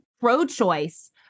pro-choice